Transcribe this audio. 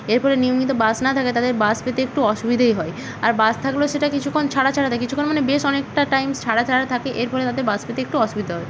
এর ফলে নিয়মিত বাস না থাকায় তাদের বাস পেতে একটু অসুবিধেই হয় আর বাস থাকলেও সেটা কিছুক্ষণ ছাড়া ছাড়া থাকে কিছুক্ষণ মানে বেশ অনেকটা টাইম ছাড়া ছাড়া থাকে এর ফলে তাদের বাস পেতে একটু অসুবিধা হয়